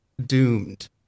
doomed